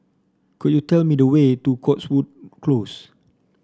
could you tell me the way to Cotswold Close